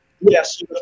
Yes